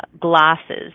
glasses